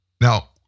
Now